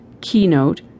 Keynote